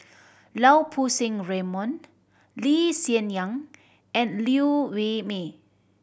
Lau Poo Seng Raymond Lee Hsien Yang and Liew Wee Mee